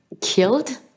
killed